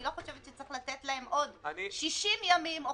אני לא חושבת שצריך לתת לה עוד 60 ימים או